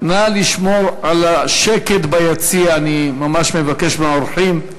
נא לשמור על השקט ביציע, אני ממש מבקש מהאורחים.